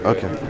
Okay